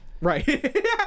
Right